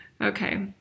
Okay